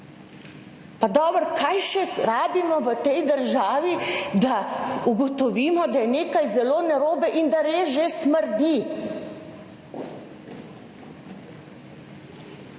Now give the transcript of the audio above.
Pa dobro, kaj še rabimo v tej državi, da ugotovimo, da je nekaj zelo narobe in da res že smrdi.